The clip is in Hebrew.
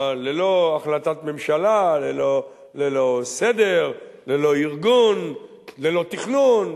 ללא החלטת ממשלה, ללא סדר, ללא ארגון, ללא תכנון.